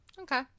Okay